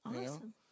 Awesome